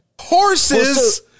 Horses